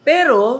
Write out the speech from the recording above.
Pero